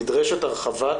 נדרשת הרחבת